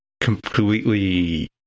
completely